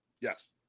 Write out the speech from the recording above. Yes